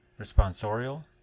responsorial